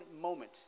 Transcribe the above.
moment